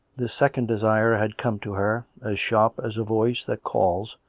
this second desire had come to her, as sharp as a voice that calls,